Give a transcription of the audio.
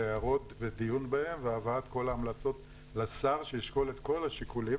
הערות ודיון בהם והבאת כל ההמלצות לשר שישקול את כל השיקולים,